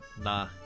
Nah